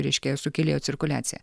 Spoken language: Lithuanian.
reiškia sukėlėjo cirkuliaciją